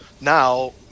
now